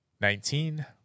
Nineteen